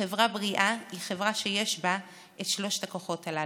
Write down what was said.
חברה בריאה היא חברה שיש בה שלושת הכוחות הללו,